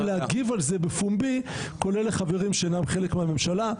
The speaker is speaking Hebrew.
להגיב על זה בפומבי כולל לחברים שאינם חלק מהממשלה.